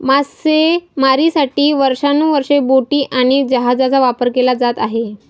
मासेमारीसाठी वर्षानुवर्षे बोटी आणि जहाजांचा वापर केला जात आहे